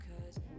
Cause